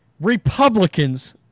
Republicans